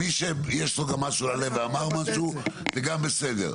מי שיש לו גם משהו על הלב ואמר משהו זה גם בסדר.